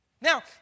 Now